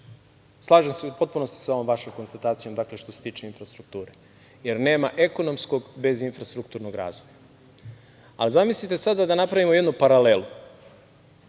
7%.Slažem se u potpunosti sa ovom vašom konstatacijom što se tiče infrastrukture, jer nema ekonomskog bez infrastrukturnog razvoja. Ali, zamislite sada, da napravimo jednu paralelu,